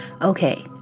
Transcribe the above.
Okay